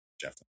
Jeff